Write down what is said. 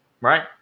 Right